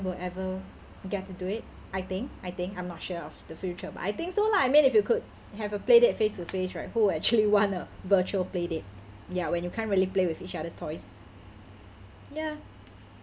will ever get to do it I think I think I'm not sure of the future but I think so lah I mean if you could have a play date face to face right who actually want a virtual play date ya when you can't really play with each other toys